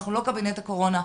אנחנו לא קבינט הקורונה.